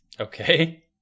Okay